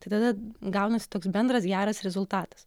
tai tada gaunasi toks bendras geras rezultatas